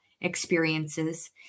experiences